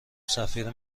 سفیر